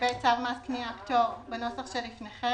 לגבי צו מס קנייה (פטור) בנוסח שלפניכם,